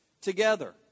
together